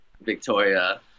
Victoria